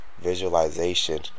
visualization